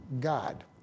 God